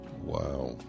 Wow